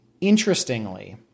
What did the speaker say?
Interestingly